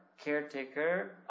caretaker